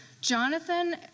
Jonathan